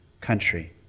country